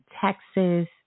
Texas